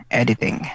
editing